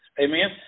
Amen